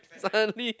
suddenly